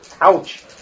Ouch